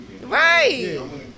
right